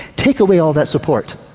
take away all that support,